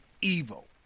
evil